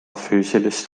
füüsilist